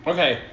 Okay